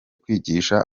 kwigisha